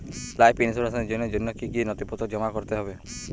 Life ইন্সুরেন্সর জন্য জন্য কি কি নথিপত্র জমা করতে হবে?